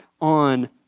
on